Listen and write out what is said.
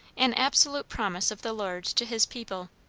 an absolute promise of the lord to his people.